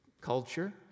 Culture